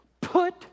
put